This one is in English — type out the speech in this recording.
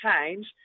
change